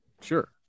Sure